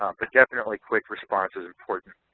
um but definitely quick response is important.